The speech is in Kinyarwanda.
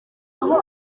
aho